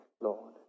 Lord